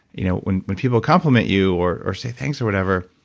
you know when when people compliment you or or say thanks or whatever,